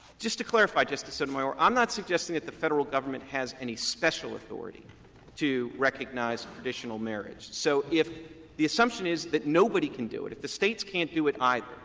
just to clarify, justice sotomayor, i'm not suggesting that the federal government has any special authority to recognize traditional marriage. so if the assumption is that nobody can do it. if the states can't do it either,